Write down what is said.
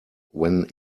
when